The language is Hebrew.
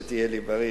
שתהיה לי בריא,